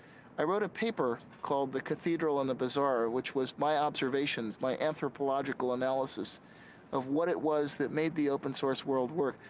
i wrote a paper, called the cathedral and the bazaar. which was my observations, my anthropological analysis of what it was that made the open source world work.